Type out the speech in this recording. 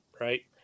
right